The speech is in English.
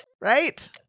right